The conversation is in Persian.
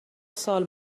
سال